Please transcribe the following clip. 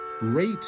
Rate